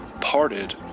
Parted